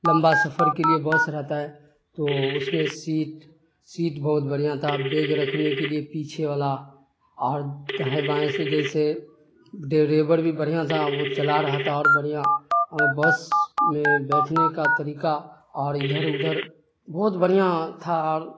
لمبا سفر کے لیے بس رہتا ہے تو اس میں سیٹ سیٹ بہت بڑھیا تھا بیگ رکھنے کے لیے پیچھے والا اور دائیں بائیں سے جیسے ڈریور بھی بڑھیاں تھا وہ چلا رہا تھا اور بڑھیا بس میں بیٹھنے کا طریقہ اور ادھر ادھر بہت بڑھیا تھا